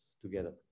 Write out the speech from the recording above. together